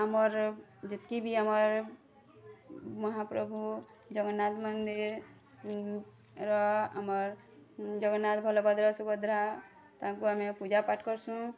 ଆମର୍ ଯେତ୍କି ବି ଆମର୍ ମହାପ୍ରଭୁ ଜଗନ୍ନାଥ ମନ୍ଦିର୍ ର ଆମର୍ ଜଗନ୍ନାଥ ବଲଭଦ୍ର ସୁଭଦ୍ରା ତାଙ୍କୁ ଆମେ ପୂଜାପାଠ୍ କର୍ସୁଁ